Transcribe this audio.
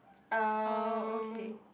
oh okay